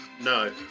no